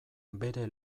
bere